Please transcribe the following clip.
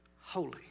holy